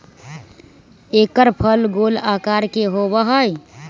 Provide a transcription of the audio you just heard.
एकर फल गोल आकार के होबा हई